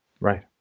right